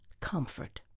comfort